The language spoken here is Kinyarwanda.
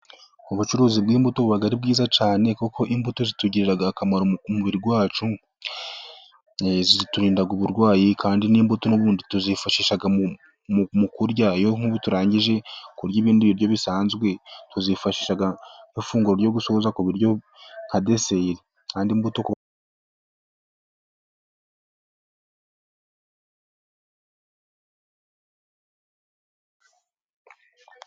Ubucuruzi bw'imbuto buba ari bwiza cyane, kuko imbuto zitugirira akamaro mu mubiri wacu. Ziturinda uburwayi kandi n'imbuto n'ubundi tuzifashisha mu kurya. Iyo nk'ubu turangije kurya ibindi biryo bisanzwe, tuzifashisha nk'ifunguro ryo gusoza ku buryo nka deseri, kandi imbuto.